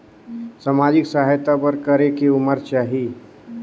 समाजिक सहायता बर करेके उमर चाही?